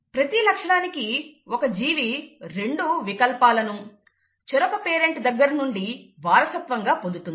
ప్రతి లక్షణానికి ఒక జీవి రెండు వికల్పాలను చెరొక పేరెంట్ దగ్గర నుండి వారసత్వంగా పొందుతుంది